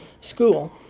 school